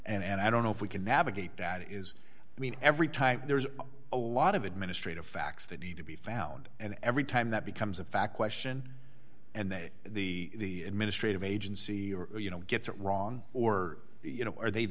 potentially and i don't know if we can navigate that is i mean every time there's a lot of administrative facts that need to be found and every time that becomes a fact question and they the administrative agency or you know gets it wrong or you know are they